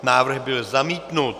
Návrh byl zamítnut.